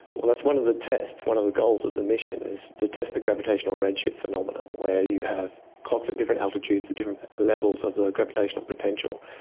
well, that's one of the tests, one of the goals of the mission, is to test the gravitational red shift phenomena, where you have clocks at different altitudes, at different levels of the gravitational potential.